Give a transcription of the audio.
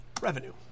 revenue